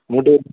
ମୁଁ ଟିକେ